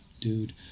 dude